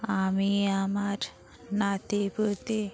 আমি আমার নাতিপুতি